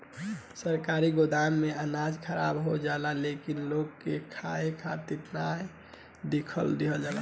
सरकारी गोदाम में अनाज खराब हो जाला लेकिन लोग के खाए खातिर ना दिहल जाला